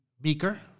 Beaker